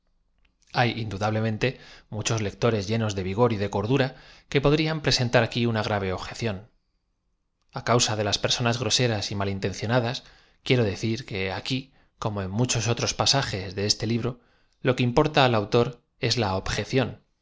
ay indudablemente mu chos lectores llenos de v ig o r de cordura que po drían presentar aquí una g ra v e objeción a causa de las personas groseras m al intencionadas quiero de cir que aqui como en muchos otros pasajes de este libro lo que im porta al autor es la objeción